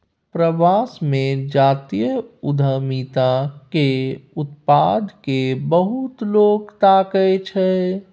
प्रवास मे जातीय उद्यमिता केर उत्पाद केँ बहुत लोक ताकय छै